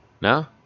No